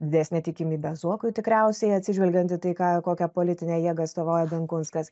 didesnė tikimybė zuokui tikriausiai atsižvelgiant į tai ką kokią politinę jėgą atstovauja benkunskas